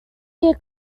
year